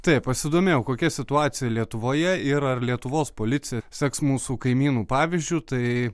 taip pasidomėjau kokia situacija lietuvoje ir ar lietuvos policija seks mūsų kaimynų pavyzdžiu tai